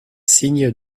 signe